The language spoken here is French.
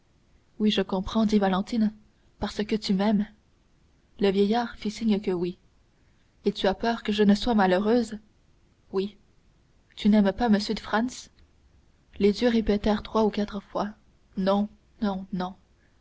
oui je comprends dit valentine parce que tu m'aimes le vieillard fit signe que oui et tu as peur que je ne sois malheureuse oui tu n'aimes pas m franz les yeux répétèrent trois ou quatre fois non non non